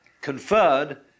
conferred